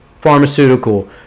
pharmaceutical